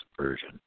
Version